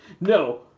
no